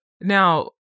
Now